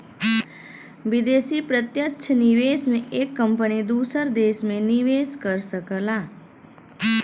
विदेशी प्रत्यक्ष निवेश में एक कंपनी दूसर देस में निवेस कर सकला